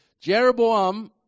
Jeroboam